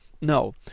no